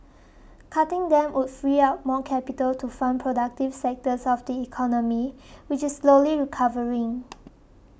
cutting them would free up more capital to fund productive sectors of the economy which is slowly recovering